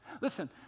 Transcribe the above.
Listen